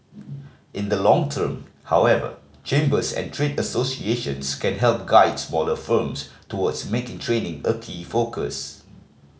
in the long term however chambers and trade associations can help guide smaller firms towards making training a key focus